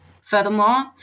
Furthermore